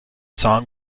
song